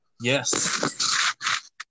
Yes